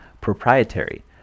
proprietary